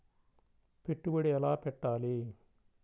పెట్టుబడి ఎలా పెట్టాలి?